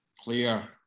clear